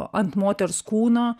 ant moters kūno